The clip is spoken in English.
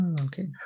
Okay